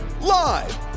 Live